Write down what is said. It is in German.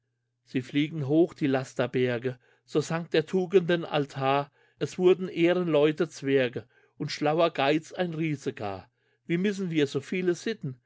sie fliegen hoch die lasterberge so sank der tugenden altar er wurden ehrenleute zwerge und schlauer geiz ein riese gar wie missen wir so viele sitten